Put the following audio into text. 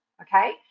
okay